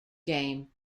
game